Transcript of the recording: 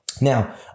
Now